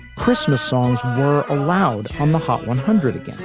christmas songs were allowed on the hot one hundred again.